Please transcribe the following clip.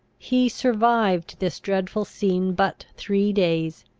he survived this dreadful scene but three days.